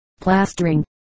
plastering